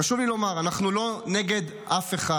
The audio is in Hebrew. חשוב לי לומר, אנחנו לא נגד אף אחד.